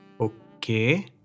Okay